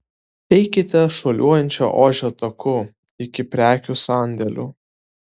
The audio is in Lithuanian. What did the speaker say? eikite šuoliuojančio ožio taku iki prekių sandėlių